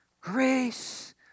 grace